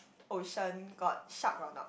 ocean got shark or not